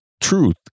truth